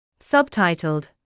Subtitled